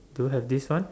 do you have this one